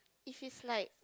if is like